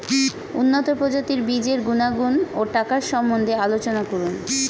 উন্নত প্রজাতির বীজের গুণাগুণ ও টাকার সম্বন্ধে আলোচনা করুন